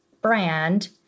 brand